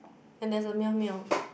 and there's a meow meow